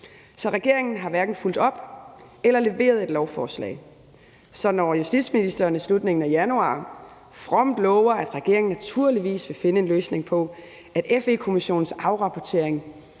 Så regeringen har hverken fulgt op eller leveret et lovforslag. Så når justitsministeren i slutningen af januar fromt lovede, at regeringen naturligvis ville finde en løsning, i forhold til at FE-kommissionens afrapportering